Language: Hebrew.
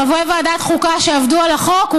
חברי ועדת החוקה עבדו על החוק,